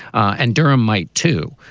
and durham might, too.